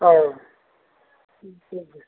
ஆ